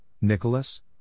Nicholas